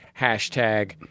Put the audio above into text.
hashtag